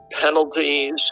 penalties